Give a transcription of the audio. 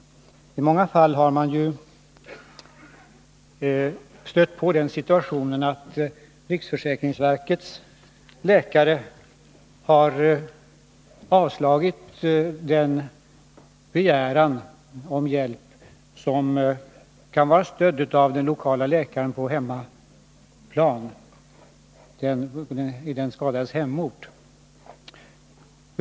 I många fall har det ju hänt att riksförsäkringsverkets läkare har avslagit en begäran om hjälp som varit stödd av läkaren i den skadades hemort.